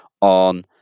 on